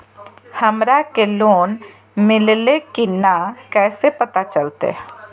हमरा के लोन मिल्ले की न कैसे पता चलते?